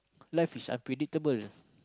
life is unpredictable